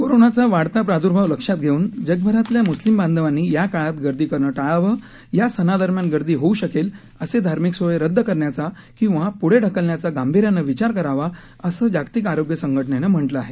कोरोनाचा वाढता प्रादुर्भाव लक्षात घेऊन जगभरातल्या मुस्लीम बांधवांनी या काळात गर्दी करणं टाळावं या सणादरम्यान गर्दी होऊ शकेल असे धार्मिक सोहळे रद्द करण्याचा किंवा प्ढे ढकलण्याचा गांभीर्यानं विचार करावा असं जागतिक आरोग्य संघटनेनं म्हटलं आहे